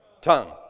Tongue